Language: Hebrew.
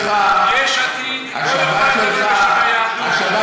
יש עתיד לא יכולה לדבר בשם היהדות.